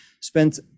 spent